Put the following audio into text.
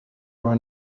were